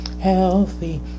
healthy